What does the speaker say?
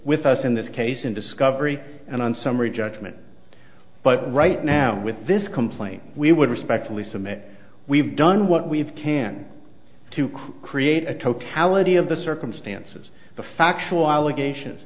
with us in this case in discovery and on summary judgment but right now with this complaint we would respectfully submit we've done what we've can to create a totality of the circumstances the factual allegations